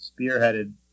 spearheaded